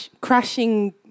crashing